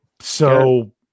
So-